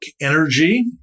energy